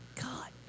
god